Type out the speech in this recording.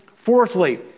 Fourthly